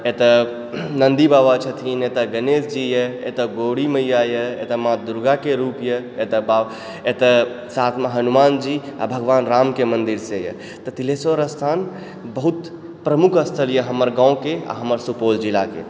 एतऽ नन्दी बाबा छथिन एतऽ गणेशजी यऽ एतऽ गौड़ी मैया यऽ एतऽ माँ दुर्गाके रूप यऽ एतऽ साथमे हनुमानजी आओर भगवान रामके मन्दिर से यऽ तिल्हेश्वर स्थान बहुत प्रमुख स्थल यऽ हमर गाँवके आओर हमर सुपौल जिलाके